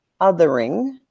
othering